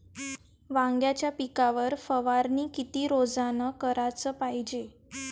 वांग्याच्या पिकावर फवारनी किती रोजानं कराच पायजे?